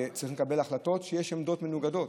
וצריך לקבל החלטות כשיש עמדות מנוגדות,